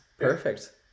Perfect